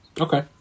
okay